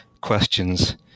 questions